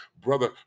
brother